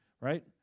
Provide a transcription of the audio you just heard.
right